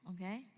okay